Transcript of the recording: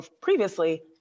previously